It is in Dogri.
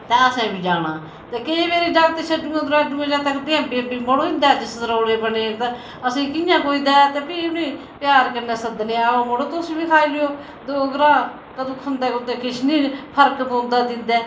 ते असें बी जाना ते केईं बारी जागत छज्जुआं चा तकदे बेबे मड़ो इंदे अज्ज सतरोड़े बने दा असें कियां कोई दे फ्ही उनेंगी प्यार कन्नै सद्दने आओ मड़ो तुस बी खाई लैओ दो ग्राह् कदूं खन्दे खुंदे किश फर्क पौंदा दिंदे